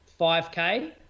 5K